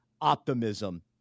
optimism